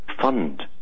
fund